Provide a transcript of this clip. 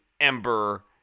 Ember